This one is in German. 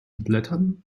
blättern